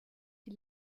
die